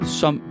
som